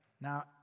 Now